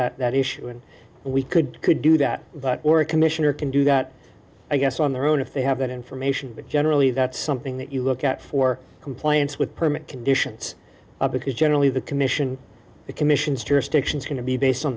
with that issue and we could could do that or a commissioner can do that i guess on their own if they have that information but generally that's something that you look at for compliance with permit conditions because generally the commission the commission's jurisdictions going to be based on